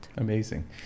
Amazing